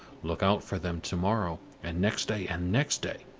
look out for them to-morrow, and next day, and next day.